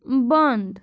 بنٛد